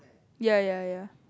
ya ya ya